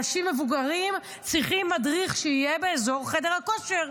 אנשים מבוגרים צריכים מדריך שיהיה באזור חדר הכושר.